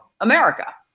America